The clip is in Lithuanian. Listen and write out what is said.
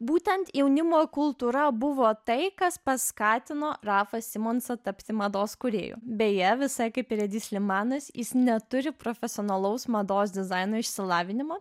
būtent jaunimo kultūra buvo tai kas paskatino rafą simonsą tapti mados kūrėju beje visai kaip ir edi slimanas jis neturi profesionalaus mados dizaino išsilavinimo